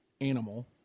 animal